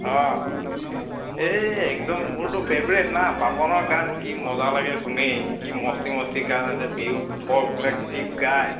অঁ এই একদম মোৰতো ফেভাৰেট না পাপনৰ গান কি মজা লাগে শুনি কি মস্তি মস্তি গান আছে বিহু ফ'কবিলাক যি গায়